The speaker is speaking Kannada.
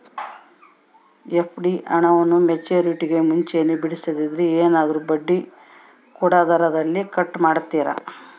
ಎಫ್.ಡಿ ಹಣವನ್ನು ಮೆಚ್ಯೂರಿಟಿಗೂ ಮುಂಚೆನೇ ಬಿಡಿಸಿದರೆ ಏನಾದರೂ ಬಡ್ಡಿ ಕೊಡೋದರಲ್ಲಿ ಕಟ್ ಮಾಡ್ತೇರಾ?